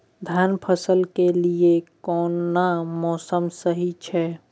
धान फसल के लिये केना मौसम सही छै?